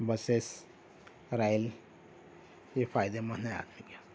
buses ریل یہ فائدے مند ہے آدمی کے